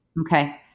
Okay